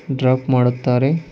drop ಮಾಡುತ್ತಾರೆ